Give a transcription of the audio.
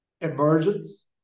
emergence